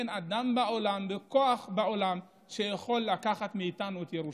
אין אדם בעולם ואין כוח בעולם שיכול לקחת מאיתנו את ירושלים.